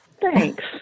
Thanks